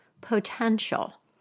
Potential